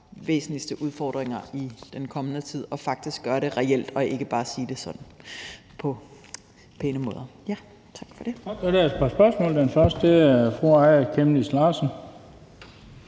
allerallervæsentligste udfordringer i den kommende tid, og at vi udfører det reelt og ikke bare siger det på en pæn måde. Tak for det.